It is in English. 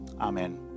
Amen